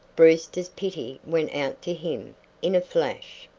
brewster's pity went out to him in a flash.